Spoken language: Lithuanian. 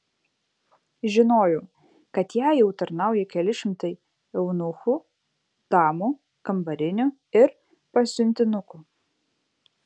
žinojau kad jai jau tarnauja keli šimtai eunuchų damų kambarinių ir pasiuntinukų